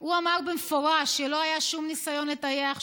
הוא אמר במפורש שלא היה שום ניסיון לטייח,